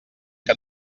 que